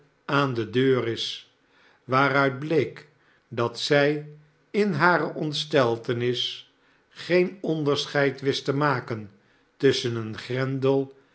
aan de deur is waaruit bleek dat zij in hare ontsteltenis geen onderscheid wist te maken tusschen een grendel